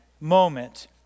moment